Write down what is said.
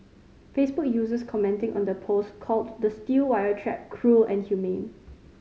Facebook users commenting on the post called the steel wire trap cruel and inhumane